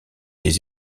des